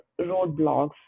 roadblocks